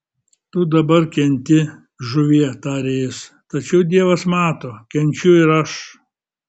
tu dabar kenti žuvie tarė jis tačiau dievas mato kenčiu ir aš